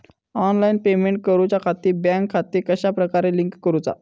Online payment करुच्याखाती bank खाते कश्या प्रकारे लिंक करुचा?